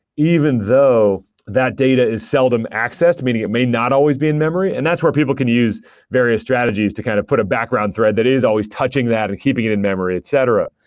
even though that data is seldom access. meaning, it may not always be in-memory, and that's where people can use various strategies to kind of put a background thread that is always touching that and keeping in-memory, etc.